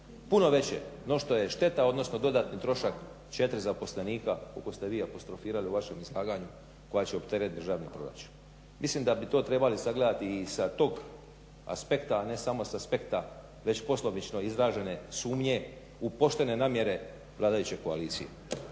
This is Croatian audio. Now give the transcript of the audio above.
puno veće no što je šteta odnosno dodatni trošak 4 zaposlenika koliko ste vi apostrofirali u vašem izlaganju koja će opteretit državni proračun. Mislim da bi to trebali sagledati i sa tog aspekta, a ne samo sa aspekta već poslovično izražene sumnje u poštene namjere vladajuće koalicije.